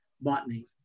botany